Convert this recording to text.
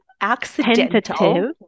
accidental